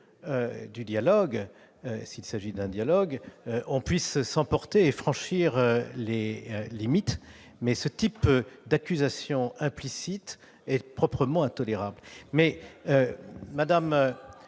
du dialogue, s'il s'agit d'un dialogue, on puisse s'emporter et franchir les limites, mais ce type d'accusations implicites est proprement intolérable. C'est